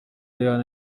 rihana